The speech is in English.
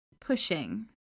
pushing